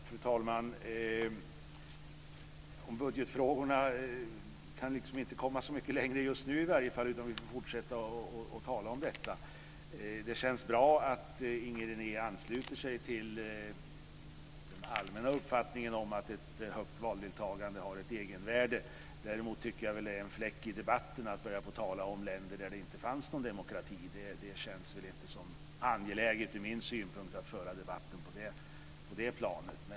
Fru talman! I budgetfrågorna kan vi inte komma så mycket längre just nu, utan vi får fortsätta diskussionen. Det känns bra att Inger René ansluter sig till den allmänna uppfattningen om att ett högt valdeltagande har ett egenvärde. Däremot tycker jag att det är en fläck i debatten att börja tala om länder där det inte fanns någon demokrati. Det känns inte som angeläget ur min synpunkt att föra debatten på det planet.